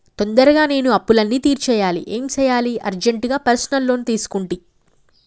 తొందరగా నేను అప్పులన్నీ తీర్చేయాలి ఏం సెయ్యాలి అర్జెంటుగా పర్సనల్ లోన్ తీసుకుంటి